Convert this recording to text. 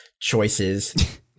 choices